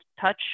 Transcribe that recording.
touch